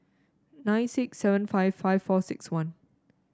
nine six seven five five four six one